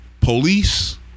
police